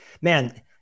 man